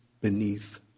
beneath